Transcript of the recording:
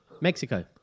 Mexico